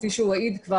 כפי שהוא כבר העיד,